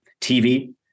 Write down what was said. TV